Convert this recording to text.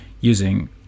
using